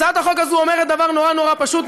הצעת החוק הזו אומרת דבר נורא פשוט: